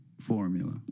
formula